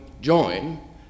join